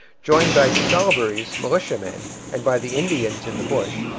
joined by de salaberry's militiamen and by the indians in the bush,